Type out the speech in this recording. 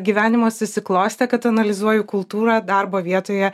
gyvenimas susiklostė kad analizuoju kultūrą darbo vietoje